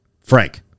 Frank